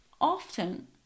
often